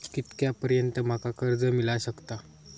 कितक्या पर्यंत माका कर्ज मिला शकता?